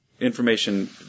information